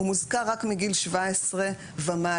הוא מוזכר רק מגיל 17 ומעלה,